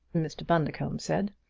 mr. bundercombe said,